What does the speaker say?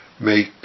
Make